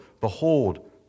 Behold